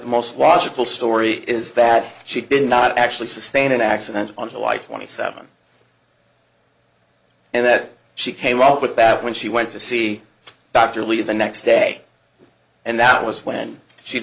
the most logical story is that she did not actually sustain an accident on july twenty seventh and that she came up with that when she went to see dr lee the next day and that was when she